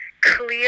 clear